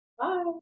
Bye